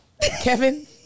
Kevin